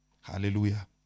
Hallelujah